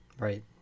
Right